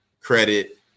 credit